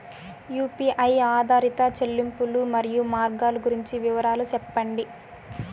UPI ఆధారిత చెల్లింపులు, మరియు మార్గాలు గురించి వివరాలు సెప్పండి?